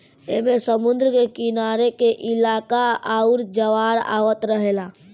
ऐमे समुद्र के किनारे के इलाका आउर ज्वार आवत रहेला